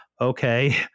okay